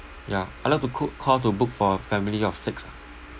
ya I like to coo~ call to book for a family of six ah